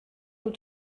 nous